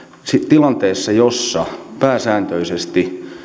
tilanteessa jossa pääsääntöisesti